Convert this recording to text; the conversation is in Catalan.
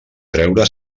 treure